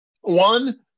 one